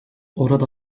orada